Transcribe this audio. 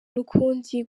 n’ukundi